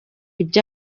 ibyo